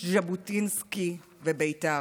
איש ז'בוטינסקי ובית"ר?